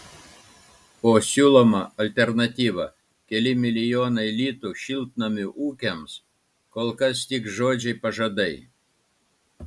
o siūloma alternatyva keli milijonai litų šiltnamių ūkiams kol kas tik žodžiai pažadai